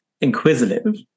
inquisitive